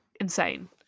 insane